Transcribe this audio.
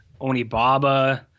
Onibaba